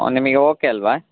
ನಿಮಗೆ ಓಕೆ ಅಲ್ಲವಾ